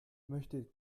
möchte